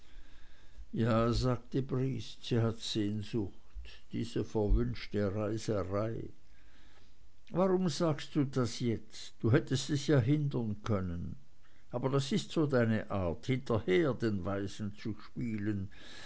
ja sagte briest sie hat sehnsucht diese verwünschte reiserei warum sagst du das jetzt du hättest es ja hindern können aber das ist so deine art hinterher den weisen zu spielen